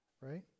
right